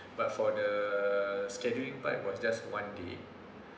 but for the scheduling part for just one day